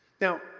Now